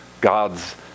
God's